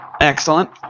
Excellent